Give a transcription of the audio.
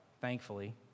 thankfully